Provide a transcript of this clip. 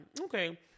Okay